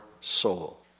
soul